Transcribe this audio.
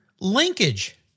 Linkage